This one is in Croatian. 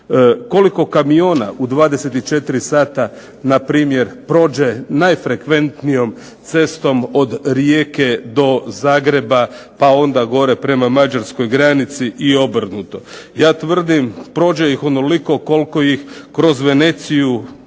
koliko kamiona u 24 sata na primjer prođe najfrekventnijom cestom od Rijeke do Zagreba, pa prema Mađarskoj granici i obrnuto. Ja tvrdim prođe ih onoliko koliko kroz Veneciju